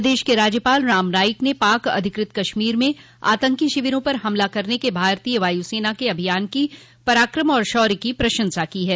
प्रदेश के राज्यपाल राम नाईक ने पाक अधिकृत कश्मीर में आतंकी शिविरों पर हमला करने के भारतीय वायुसेना के अभियान की पराक्रम और शौर्य की प्रशंसा की है